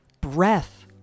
breath